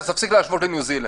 אז תפסיק להשוות לניו-זילנד,